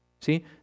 See